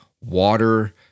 water